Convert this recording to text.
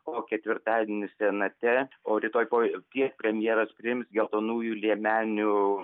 o ketvirtadienį senate o rytoj popiet premjeras priims geltonųjų liemenių